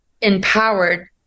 empowered